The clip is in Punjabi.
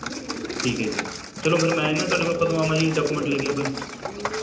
ਠੀਕ ਹੈ ਜੀ ਚਲੋ ਫਿਰ ਮੈਂ ਨਾ ਤੁਹਾਡੇ ਕੋਲ ਕਦੋਂ ਆਵਾਂ ਜੀ ਡਾਕੂਮੈਂਟ ਲੈ ਕੇ ਆਪਣੇ